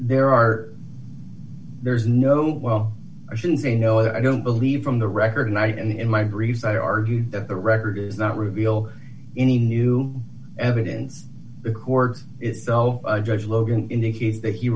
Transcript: there are there's no well i shouldn't say no i don't believe from the record night and in my briefs i argue that the record is not reveal any new evidence accords itself judge logan indicated that he